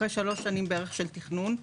אחרי שלוש שנים בערך של תכנון.